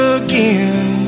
again